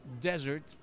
desert